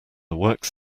works